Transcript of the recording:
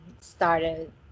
started